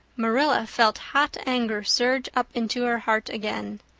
marilla felt hot anger surge up into her heart again.